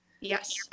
yes